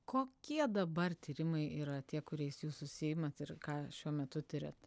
kokie dabar tyrimai yra tie kuriais jūs užsiimat ir ką šiuo metu tiriat